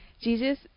Jesus